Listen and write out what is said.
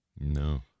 No